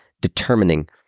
determining